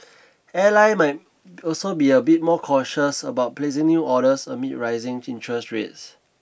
airline might also be a bit more cautious about placing new orders amid rising interest rates